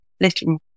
little